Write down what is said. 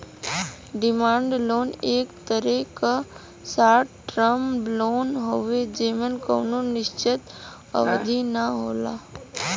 demand loan एक तरे क शार्ट टर्म लोन हउवे जेमे कउनो निश्चित अवधि न होला